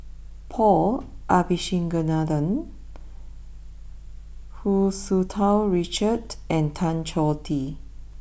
Paul Abisheganaden Hu Tsu Tau Richard and Tan Choh Tee